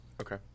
Okay